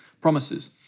promises